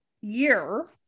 year